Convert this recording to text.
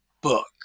book